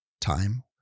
time